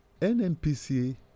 NMPCA